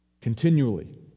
Continually